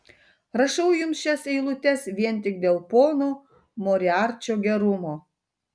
rašau jums šias eilutes vien tik dėl pono moriarčio gerumo